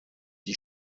die